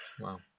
Wow